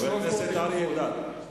חבר הכנסת אריה אלדד,